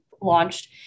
launched